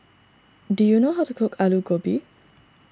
do you know how to cook Aloo Gobi